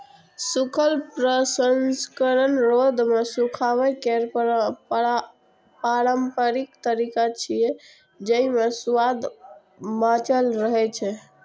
सूखल प्रसंस्करण रौद मे सुखाबै केर पारंपरिक तरीका छियै, जेइ मे सुआद बांचल रहै छै